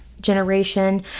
generation